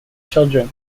children